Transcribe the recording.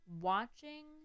Watching